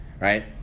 right